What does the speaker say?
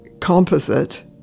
composite